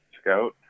scout